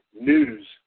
news